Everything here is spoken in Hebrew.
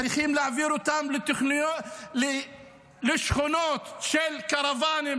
צריכים להעביר אותם לשכונות של קרוואנים